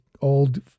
old